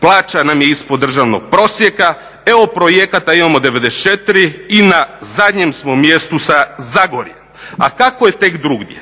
Plaća nam je ispod državnog prosjeka, EU projekata imamo 94 i na zadnjem smo mjestu sa Zagorjem. A kako je tek drugdje?